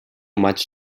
much